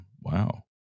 Wow